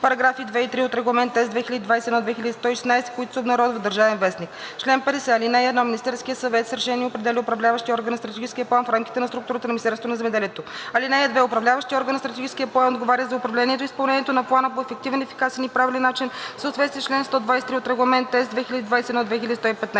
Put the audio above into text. параграфи 2 и 3 от Регламент (ЕС) 2021/2116, които се обнародват в „Държавен вестник“. Чл. 50. (1) Министерският съвет с решение определя Управляващия орган на Стратегическия план в рамките на структурата на Министерството на земеделието. (2) Управляващият орган на Стратегическия план отговаря за управлението и изпълнението на плана по ефективен, ефикасен и правилен начин в съответствие с чл. 123 от Регламент (ЕС) 2021/2115.